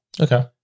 Okay